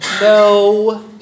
No